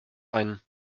ein